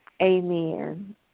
amen